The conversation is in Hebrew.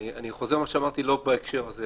אני חוזר על מה שאמרתי לא בהקשר הזה,